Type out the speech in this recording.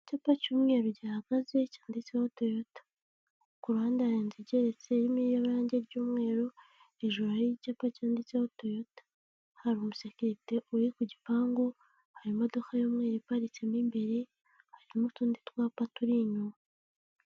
Icyupa cy'umweru gihagaze, cyanditseho toyota, kuruhande hari inzu igeretse, irimo irange ry'umweru, hejuru hari icyapa cyanditseho toyota, hari umusekirite uri ku gipangu, hari imodoka y'umweru iparitsemo imbere harimo utundi twapa turi inyuma.